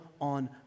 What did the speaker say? on